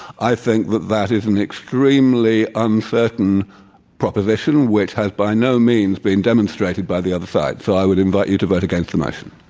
i think that that is an extremely uncertain proposition, which has by no means been demonstrated by the other side. so i would invite you to vote against the motion.